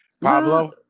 Pablo